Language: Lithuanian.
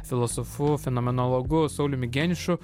filosofu fenomenologu sauliumi geniušu